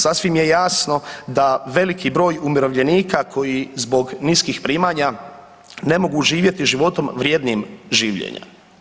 Sasvim je jasno da veliki broj umirovljenika koji zbog niskih primanja ne mogu živjeti životom vrijednim življenja.